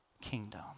kingdom